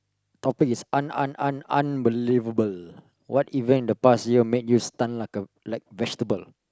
topic is un~ un~ un~ unbelievable what event in the past year make you stun like a like vegetable